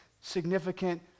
significant